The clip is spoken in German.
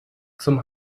zum